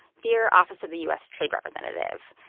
dear office of the u s. trade representative,